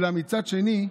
אולם מצד שני,